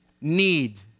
need